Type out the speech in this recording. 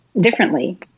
differently